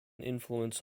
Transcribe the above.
influence